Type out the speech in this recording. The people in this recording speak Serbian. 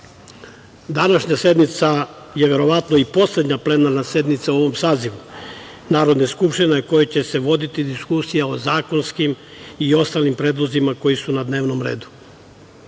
za. Današnja sednica je verovatno i poslednja plenarna sednica u ovom sazivu Narodne skupštine na kojoj će se voditi diskusija o zakonskim i ostalim predlozima koji su na dnevnom